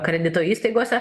kredito įstaigose